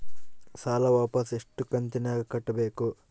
ಸಾಲ ವಾಪಸ್ ಎಷ್ಟು ಕಂತಿನ್ಯಾಗ ಕಟ್ಟಬೇಕು?